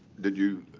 did you